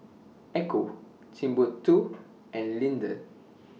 Ecco Timbuk two and Lindt